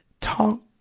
talk